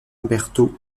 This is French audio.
berthault